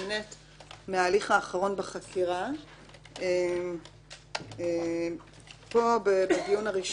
אלא אם כן אתם